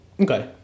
Okay